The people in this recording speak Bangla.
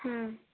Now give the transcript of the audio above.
হুম